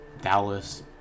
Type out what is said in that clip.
Dallas